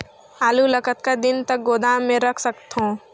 आलू ल कतका दिन तक गोदाम मे रख सकथ हों?